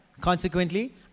Consequently